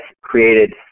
created